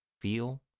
feel